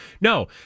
no